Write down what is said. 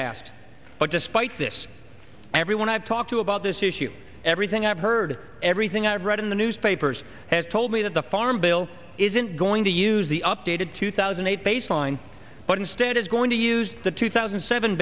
asked but despite this everyone i've talked to about this issue everything i've heard everything i've read in the newspapers has told me that the farm bill isn't going to use the updated two thousand and eight baseline but instead is going to use the two thousand and seven